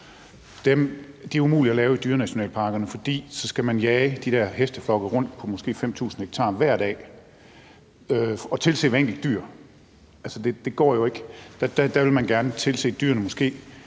De er umulige at lave i dyrenationalparkerne, for så skal man jage de der hesteflokke rundt på måske 5.000 ha hver dag og tilse hvert enkelt dyr. Det går jo ikke. Der vil man gerne tilse dyrene måske